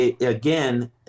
again